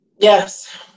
Yes